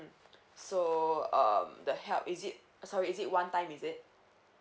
mm so um the help is it sorry is it one time is it